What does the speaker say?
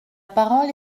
parole